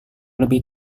lebih